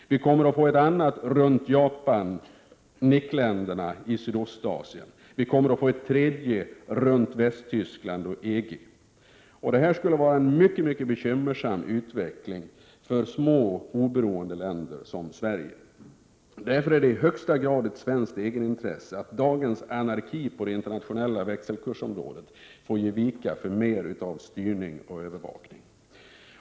Vi kommer att få ett annat runt Japan och NIC-länderna i Sydostasien. Vi kommer att få ett tredje runt Västtyskland och EG. Det skulle vara en mycket bekymmersam utveckling för små oberoende länder som Sverige. Därför är det i högsta grad ett svenskt egenintresse att dagens anarki på det internationella växelkursområdet får ge vika för mer av styrning och övervakning.